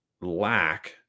lack